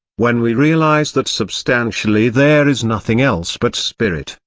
when we realise that substantially there is nothing else but spirit,